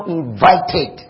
invited